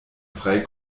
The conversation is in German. frei